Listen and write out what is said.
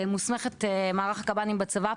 מוסמכת מערך הקב"נים בצבא,